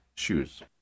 Shoes